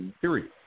Period